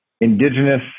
indigenous